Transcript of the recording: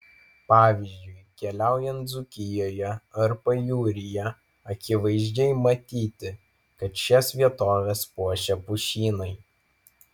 pavyzdžiui keliaujant dzūkijoje ar pajūryje akivaizdžiai matyti kad šias vietoves puošia pušynai